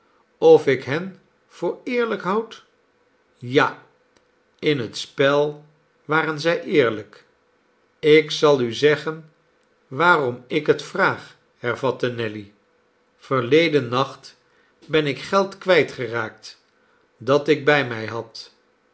of ik hen voor eerlijk houd ja in het spel waren zij eerlijk ik zal u zeggen waarom ik het vraag hervatte nelly verleden nacht ben ik geld kwijtgeraakt dat ik bij mij had